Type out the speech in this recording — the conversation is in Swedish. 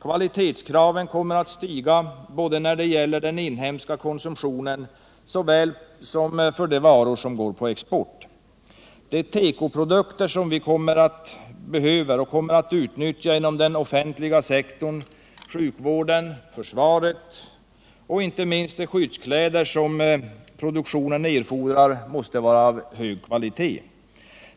Kvalitetskraven kommer att stiga både när det gäller den inhemska konsumtionen och när det gäller de varor som går på export. De tekoprodukter som vi behöver och som kommer att utnyttjas inom den offentliga sektorn, sjukvården och försvaret, samt inte minst de skyddskläder som produktionen erfordrar måste vara av hög kvalitet.